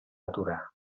aturar